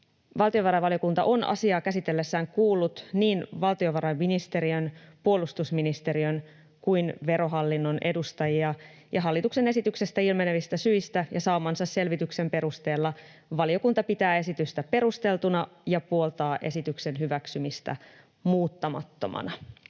Valtiovarainvaliokunta on asiaa käsitellessään kuullut niin valtiovarainministeriön, puolustusministeriön kuin Verohallinnon edustajia, ja hallituksen esityksestä ilmenevistä syistä ja saamansa selvityksen perusteella valiokunta pitää esitystä perusteltuna ja puoltaa esityksen hyväksymistä muuttamattomana.